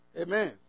Amen